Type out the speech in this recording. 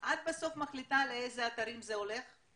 את בסוף מחליטה לאיזה אתרים זה הולך?